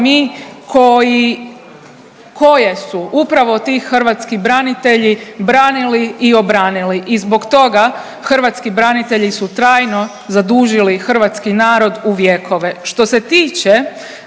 mi koji su upravo ti hrvatski branitelji branili i obranili. I zbog toga hrvatski branitelji su trajno zadužili hrvatski narod u vjekove. Što se tiče